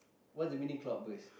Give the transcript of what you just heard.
whats the meaning cloud burst